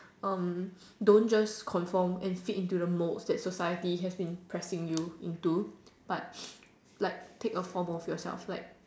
um don't just confirm and fit into the moulds that society has been pressing you into but like take a form of yourself like